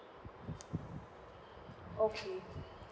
okay